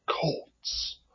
Colts